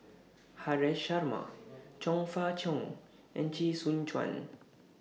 Haresh Sharma Chong Fah Cheong and Chee Soon Juan